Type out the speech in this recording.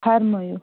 فرمٲیِو